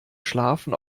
schlafen